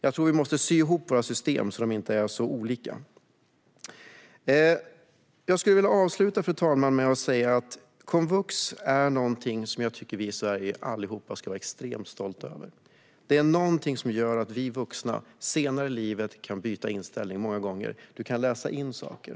Jag tror att vi måste sy ihop våra system, så att de inte är så olika. Fru talman! Jag skulle vilja avsluta mitt anförande med att säga att jag tycker att komvux är någonting som vi alla i Sverige ska vara extremt stolta över. Det är någonting som gör att vi vuxna senare i livet kan byta inriktning många gånger - vi kan läsa in saker.